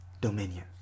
dominion